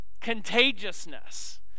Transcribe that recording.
Contagiousness